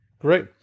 great